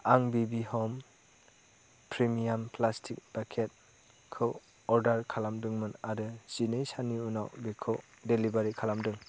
आं बिबि ह'म प्रिमियाम प्लास्टिक बाकेटखौ अर्डार खालामदोंमोन आरो जिनै साननि उनाव बेखौ डेलिभारि खालामदों